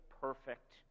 perfect